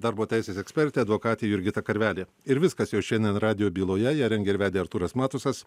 darbo teisės ekspertė advokatė jurgita karvelė ir viskas jau šiandien radijo byloje ją rengė ir vedė artūras matusas